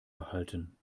behalten